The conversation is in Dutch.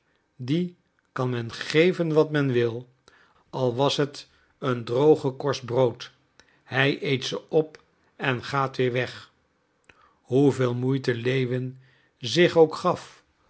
dien kan men geven wat men wil al was het een droge korst brood hij eet ze op en gaat weer weg hoeveel moeite lewin zich ook gaf